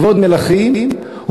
לכבוד מלכים,